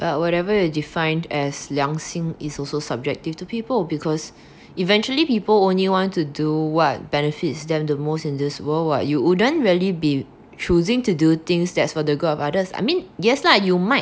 but whatever you defined as 良心 is also subjective to people because eventually people only want to do what benefits them the most in this world [what] you wouldn't really be choosing to do things that's for the good of others I mean yes lah you might